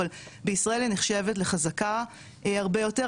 אבל בישראל היא נחשבת לחזקה הרבה יותר,